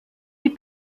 die